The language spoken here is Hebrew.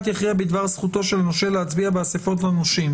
יכריע בדבר זכותו של הנושה להצביע באסיפות הנושים".